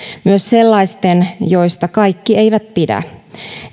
myös sellaisten joista kaikki eivät pidä